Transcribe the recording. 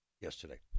yesterday